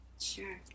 sure